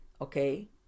okay